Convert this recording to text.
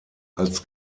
als